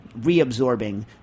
reabsorbing